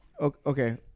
Okay